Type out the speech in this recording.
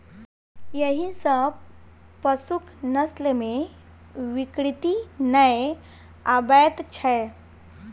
एहि सॅ पशुक नस्ल मे विकृति नै आबैत छै